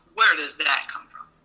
where does that come from?